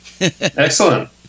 excellent